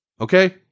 Okay